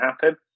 happen